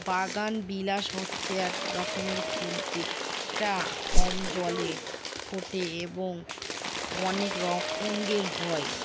বাগানবিলাস হচ্ছে এক রকমের ফুল যেটা কম জলে ফোটে এবং অনেক রঙের হয়